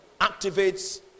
activates